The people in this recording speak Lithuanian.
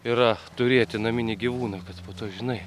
yra turėti naminį gyvūną kad po to žinai